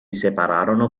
separarono